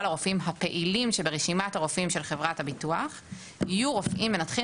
הרופאים הפעילים שברשימת הרופאים של חברת הביטוח יהיו רופאים מנתחים